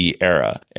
era